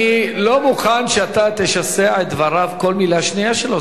אני לא מוכן שאתה תשסע את דבריו כל מלה שנייה שלו.